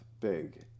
big